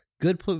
good